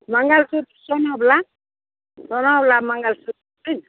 मङ्गलसूत्र सोनाबला सोनाबला मङ्गलसूत्र छै ने